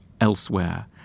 elsewhere